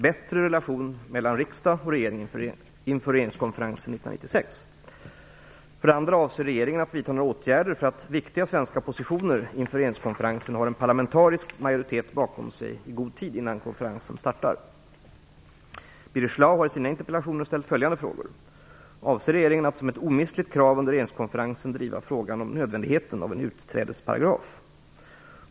Peter Eriksson har i sin interpellation ställt följande frågor: Avser regeringen att vidta några åtgärder för att viktiga svenska positioner inför regeringskonferensen har en parlamentarisk majoritet bakom sig i god tid innan konferensen startar? Birger Schlaug har i sina interpellationer ställt följande frågor: Avser regeringen att som ett omistligt krav under regeringskonferensen driva frågan om nödvändigheten av en utträdesparagraf?